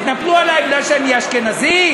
התנפלו עלי כי אני אשכנזי?